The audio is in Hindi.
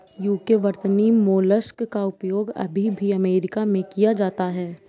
यूके वर्तनी मोलस्क का उपयोग अभी भी अमेरिका में किया जाता है